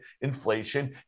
inflation